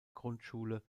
grundschule